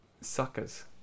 Suckers